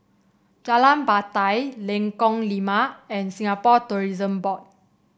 Jalan Batai Lengkong Lima and Singapore Tourism Board